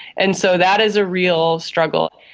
and so that is a real struggle.